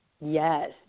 Yes